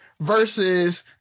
versus